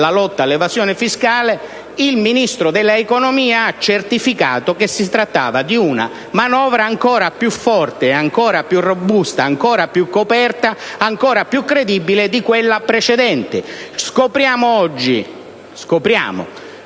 dalla lotta all'evasione fiscale. Il Ministro dell'economia ha così certificato che si trattava di una manovra ancora più forte, ancora più robusta, ancora più coperta e ancora più credibile di quella precedente. Prendiamo atto oggi